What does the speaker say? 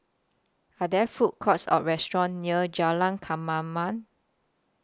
Are There Food Courts Or restaurants near Jalan Kemaman